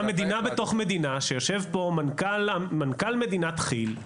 אתה מדינה בתוך מדינה שיושב פה מנכ"ל מדינת כי"ל.